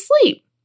sleep